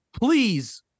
please